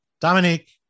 Dominique